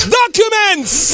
documents